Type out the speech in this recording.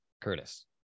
Curtis